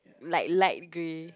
like light grey